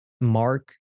mark